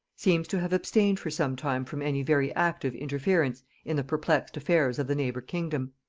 seems to have abstained for some time from any very active interference in the perplexed affairs of the neighbour kingdom.